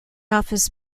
office